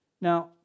Now